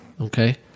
okay